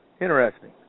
Interesting